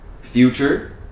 Future